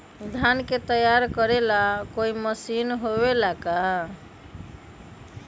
धान के तैयार करेला कोई मशीन होबेला का?